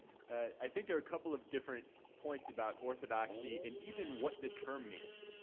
i think there are a couple of different points about orthodoxy and even what the term means.